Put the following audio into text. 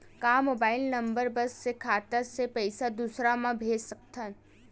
का mobile number बस से खाता से पईसा दूसरा मा भेज सकथन?